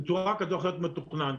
בצורה כזו או אחרת, מתוכנן.